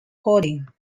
coating